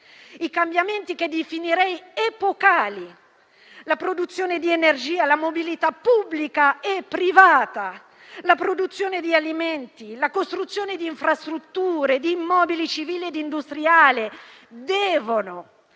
I cambiamenti che definirei epocali, la produzione di energia, la mobilità pubblica e privata, la produzione di alimenti e la costruzione di infrastrutture, di immobili civili e industriali devono